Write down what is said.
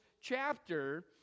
chapter